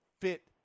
fit